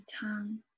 tongue